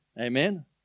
Amen